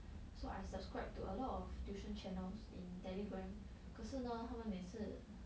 so I subscribed to a lot of tuition channels in Telegram 可是呢他们每次